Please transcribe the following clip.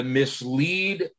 mislead